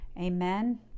Amen